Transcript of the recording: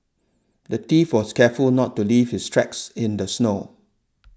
the thief was careful not to leave his tracks in the snow